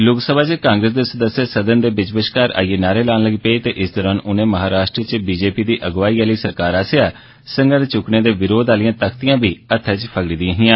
लोकसभा च कांग्रेस दे सदस्य सदन दे बिच्छ बश्कार आईयै नारे लान लग्गी पै इस दौरान उनें महाराष्ट्र च बीजेपी दी अगुआई आह्ली सरकार आस्सेआ सगंघ चुक्कने दे विरोघ आह्लियां तखतियां बी हत्थै च फड़ी दियां हियां